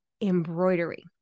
embroidery